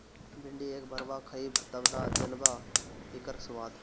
भिन्डी एक भरवा खइब तब न जनबअ इकर स्वाद